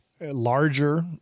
larger